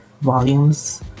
volumes